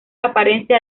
apariencia